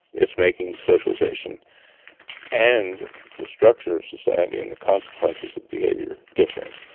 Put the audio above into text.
it's making socialization and the structure of society and the consequences of behavior different,